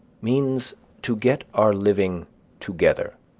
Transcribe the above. means to get our living together.